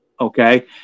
Okay